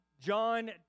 John